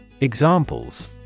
Examples